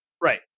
right